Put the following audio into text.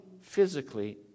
physically